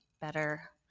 better